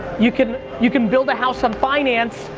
you can you can build a house on finance,